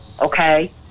okay